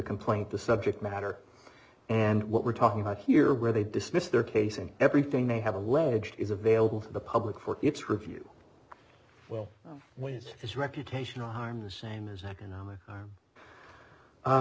complaint the subject matter and what we're talking about here where they dismissed their case and everything they have alleged is available to the public for its review well what is its reputation or harm the same as economic